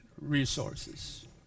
resources